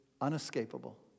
unescapable